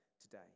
today